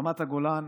רמת הגולן,